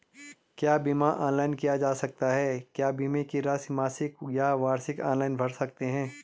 क्या बीमा ऑनलाइन किया जा सकता है क्या बीमे की राशि मासिक या वार्षिक ऑनलाइन भर सकते हैं?